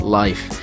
life